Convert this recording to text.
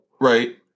Right